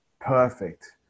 perfect